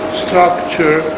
structure